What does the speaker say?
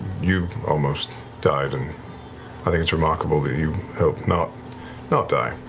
you almost died, and i think it's remarkable that you helped nott not die.